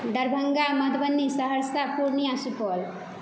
Darbhanga Madhubani Saharsa Purnia Supaul